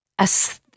aesthetic